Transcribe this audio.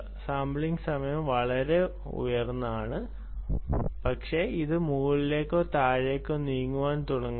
sample സമയം വളരെ ഉയർന്നതാണ് പക്ഷേ അത് മുകളിലേക്കോ താഴേക്കോ നീങ്ങാൻ തുടങ്ങുമ്പോൾ